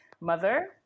mother